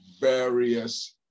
various